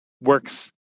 works